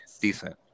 decent